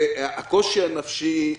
הקושי הנפשי,